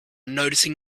noticing